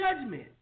judgment